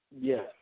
Yes